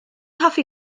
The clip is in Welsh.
hoffi